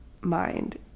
mind